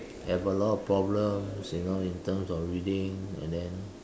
have a lot of problems you know in terms of reading and then